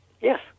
Yes